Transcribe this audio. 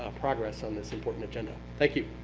ah progress on this important agenda. thank you.